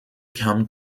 come